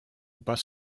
bus